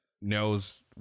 knows